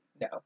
No